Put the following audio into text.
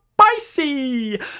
spicy